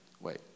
Wait